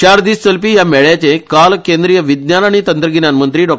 चार दिस चलपी हो मेळ्याचे काल केंद्रीय विज्ञान आनी तंत्रगिन्यान मंत्री डॉ